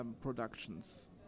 productions